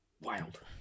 wild